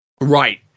Right